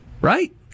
Right